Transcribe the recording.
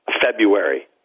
February